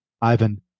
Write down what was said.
Ivan